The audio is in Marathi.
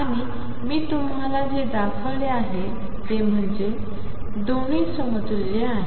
आणि मी तुम्हाला जे दाखवले आहे ते म्हणजे दोन्ही समतुल्य आहेत